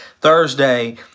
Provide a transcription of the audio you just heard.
Thursday